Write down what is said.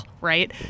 right